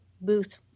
booth